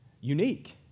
unique